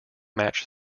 match